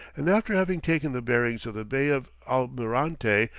and after having taken the bearings of the bay of almirante,